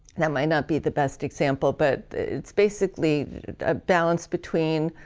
that might not be the best example but it's basically a balance between